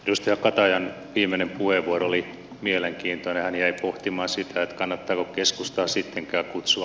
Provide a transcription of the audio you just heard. risto katajan viimeinen puheenvuoro oli mielenkiintoinen ja pohtimaan sitä kannattanut keskusta sitten kävi kutsu